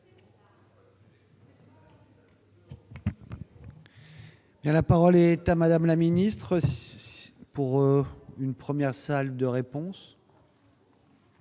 la parole et Tamas Adam la ministre pour une première salle de réponse.